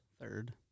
Third